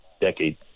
decade